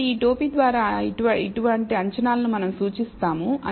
కాబట్టి ఈ టోపీ ద్వారా ఇటువంటి అంచనాలను మనం సూచిస్తాము